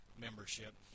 membership